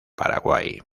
paraguay